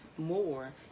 more